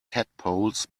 tadpoles